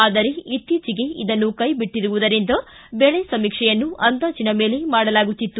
ಆದರೆ ಇತ್ತೀಚಿಗೆ ಇದನ್ನು ಕೈಬಿಟ್ಟಿರುವುದರಿಂದ ಬೆಳೆಸಮೀಕ್ಷೆಯನ್ನು ಅಂದಾಜಿನ ಮೇಲೆ ಮಾಡಲಾಗುತ್ತಿತ್ತು